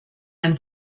ein